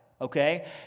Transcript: okay